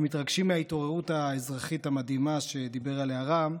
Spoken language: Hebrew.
שמתרגשים מההתעוררות האזרחית המדהימה שדיבר עליה רם,